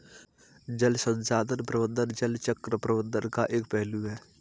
जल संसाधन प्रबंधन जल चक्र प्रबंधन का एक पहलू है